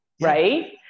Right